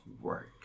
work